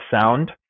sound